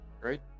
right